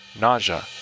nausea